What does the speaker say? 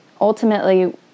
ultimately